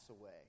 away